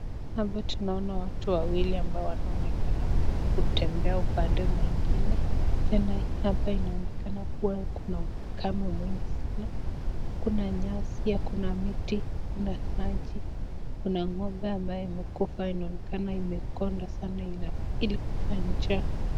Hapa tunaona watu wawili ambao wanaonekana kutembea upande mwingine tena hapa inaonekana kuwa na ukame mwingi sana hakuna nyasi, hakuna miti, hakuna maji. Kuna ng'ombe ambaye amekufa inaonekana imekonda sana ilikufa njaa.